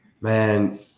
Man